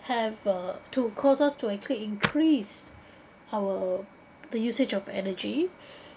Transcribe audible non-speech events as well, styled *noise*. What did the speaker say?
have a to cause us to actually increase *breath* our the usage of energy